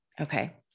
Okay